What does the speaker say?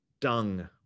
dung